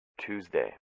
Tuesday